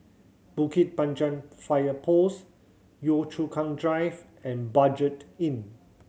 Bukit Panjang Fire Post Yio Chu Kang Drive and Budget Inn